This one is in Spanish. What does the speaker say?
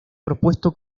propuesto